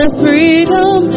freedom